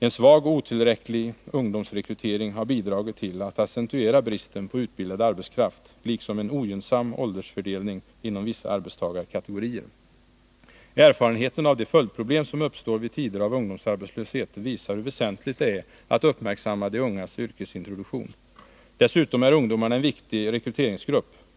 En svag och otillräcklig ungdomsrekrytering har bidragit till att accentuera bristen på utbildad arbetskraft liksom en ogynnsam åldersfördelning inom vissa arbetstagarkategorier. Erfarenheten av de följdproblem som uppstår vid tider av ungdomsarbetslöshet visar hur väsentligt det är att uppmärksamma de ungas yrkesintroduktion. Dessutom är ungdomarna en viktig rekryteringsgrupp.